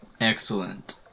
Excellent